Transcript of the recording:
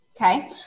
Okay